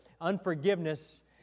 Unforgiveness